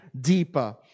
deeper